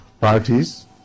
parties